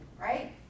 right